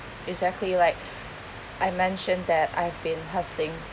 exactly like I mentioned that I have been hustling